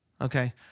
Okay